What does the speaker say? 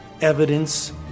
evidence